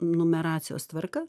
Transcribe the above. numeracijos tvarka